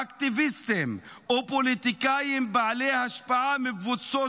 אקטיביסטים ופוליטיקאים בעלי השפעה מקבוצות